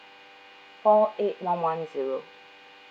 four eight one one zero